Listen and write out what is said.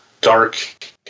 dark